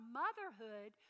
motherhood